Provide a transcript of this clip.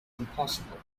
impossible